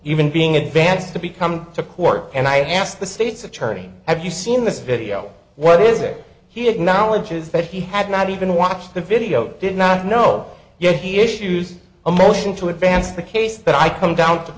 even being advanced to be coming to court and i asked the state's attorney have you seen this video what is it he acknowledges that he had not even watched the video did not know yet he issues a motion to advance the case that i come down to